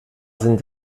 sind